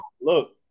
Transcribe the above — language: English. Look